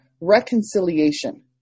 reconciliation